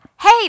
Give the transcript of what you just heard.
Hey